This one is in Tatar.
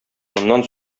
моннан